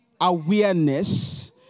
awareness